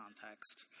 context